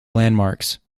landmarks